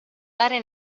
dare